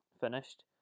finished